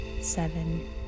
seven